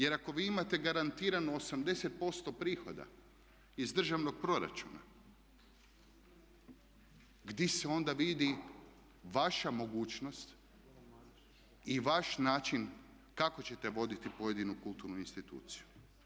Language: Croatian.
Jer ako vi imate garantirano 80% prihoda iz državnog proračuna gdje se onda vidi vaša mogućnost i vaš način kako ćete voditi pojedinu kulturnu instituciju.